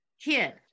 kid